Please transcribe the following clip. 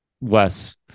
less